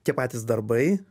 tie patys darbai